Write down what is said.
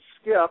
skip